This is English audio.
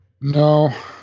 no